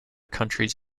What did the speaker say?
countries